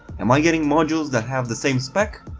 am i getting modules that have the same specs?